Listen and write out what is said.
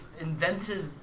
invented